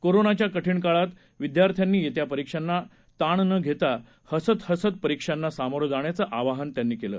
कोरोनाच्या कठीण काळात विद्यार्थ्यांनी येत्या परीक्षांना ताण न घेता हसत हसत परीक्षांना सामोरं जाण्याचं आवाहन केलं